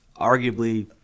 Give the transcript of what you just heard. arguably